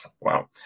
Wow